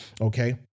Okay